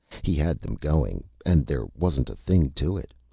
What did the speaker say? he had them going, and there wasn't a thing to it.